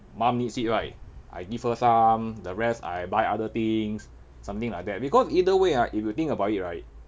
mum needs it right I give her some the rest I buy other things something like that because either way right if you think about it right